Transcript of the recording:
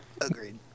agreed